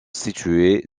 situé